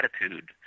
attitude